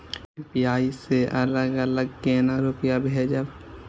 UPI से अलग अलग केना रुपया भेजब